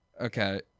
Okay